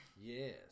Yes